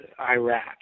Iraq